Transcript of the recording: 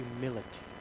humility